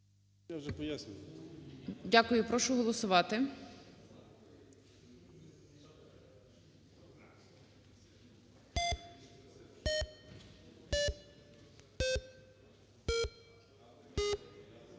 Дякую. Прошу голосувати.